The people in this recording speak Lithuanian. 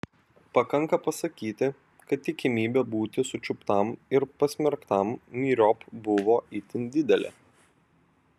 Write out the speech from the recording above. pakanka pasakyti kad tikimybė būti sučiuptam ir pasmerktam myriop buvo itin didelė